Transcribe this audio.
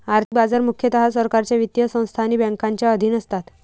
आर्थिक बाजार मुख्यतः सरकारच्या वित्तीय संस्था आणि बँकांच्या अधीन असतात